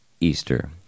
Easter